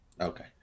Okay